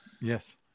Yes